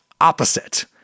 opposite